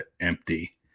empty